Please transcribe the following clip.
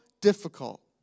difficult